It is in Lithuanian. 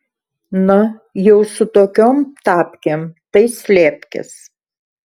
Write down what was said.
na jau su tokiom tapkėm tai slėpkis